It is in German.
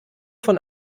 von